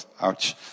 ouch